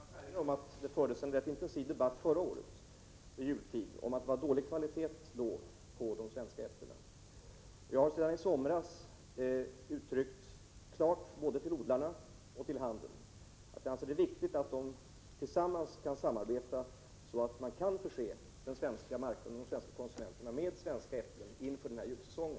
Herr talman! Jag vill erinra om att det fördes en rätt intensiv debatt vid jultid förra året om att det var dålig kvalitet på de svenska äpplena. Jag har sedan i somras klart uttryckt till både odlarna och handeln att jag anser det viktigt att de kan samarbeta så att man tillsammans kan förse de 19 svenska konsumenterna med svenska äpplen inför denna julsäsong.